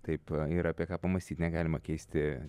taip yra apie ką pamąstyt negalima keisti